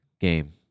game